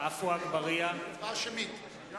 עפו אגבאריה, אינו נוכח רחל אדטו, בעד